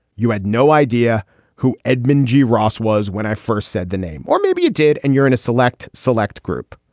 you had no idea who edmund g. ross was when i first said the name. or maybe it did. and you're in a select select group.